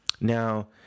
Now